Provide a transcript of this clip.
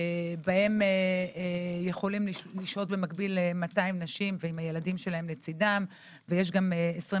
בהם יכולים לשהות במקביל 200 נשים עם ילדיהן לצדן ויש 21